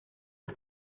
aux